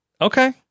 Okay